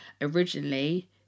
originally